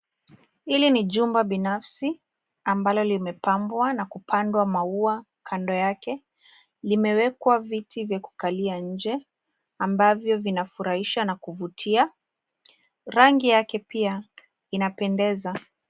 Hili ni jumba binafsi ambalo limepambwa na kupandwa maua kando yake. Limewekwa viti vya kukalia nje ambavyo vinafurahisha na kuvutia. Rangi yake pia inapendeza.